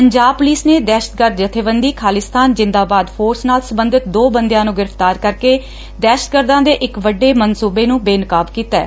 Punjab police ਨੇ ਦਹਿਸ਼ਤਗਰਦ ਜੱਬੇਬੰਦੀ ਖਾਲਿਸਤਾਨ ਜਿੰਦਾਬਾਦ ਫੋਰਸ ਨਾਲ ਸਬੰਧਤ ਦੋ ਬੰਦਿਆਂ ਨੰ ਗ੍ਰਿਫ਼ਤਾਰ ਕਰਕੇ ਦਹਿਸ਼ਤਗਰਦਾਂ ਦੇ ਇਕ ਵੱਡੇ ਮਨਸੁਬੇ ਨੂੰ ਬੇਨਕਾਬ ਕੀਤੈ